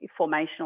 formational